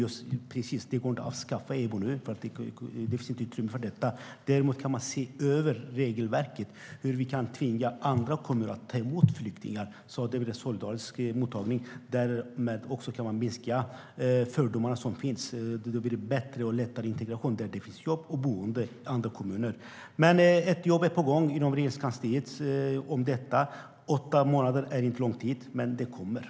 Det går inte att avskaffa EBO nu - det finns inte utrymme för det. Däremot kan man se över regelverket, hur vi kan tvinga andra kommuner att ta emot flyktingar, så att det blir en solidarisk mottagning och man därmed också kan minska de fördomar som finns så att det blir bättre och lättare integration där det finns jobb och boende i andra kommuner. Ett jobb är på gång inom Regeringskansliet. Åtta månader är inte lång tid. Det kommer.